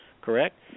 correct